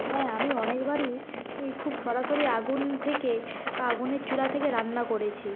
হ্যাঁ আমি অনেকবারই ই খুব সরাসরি আগুন থেকে বা আগুনের চুলা থেকে রান্না করেছি